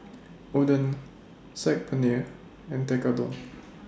Oden Saag Paneer and Tekkadon